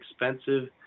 expensive